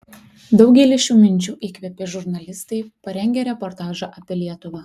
daugelį šių minčių įkvėpė žurnalistai parengę reportažą apie lietuvą